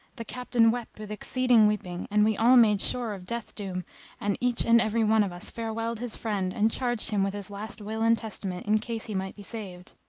the captain wept with exceeding weeping and we all made sure of death doom and each and every one of us farewelled his friend and charged him with his last will and testament in case he might be saved.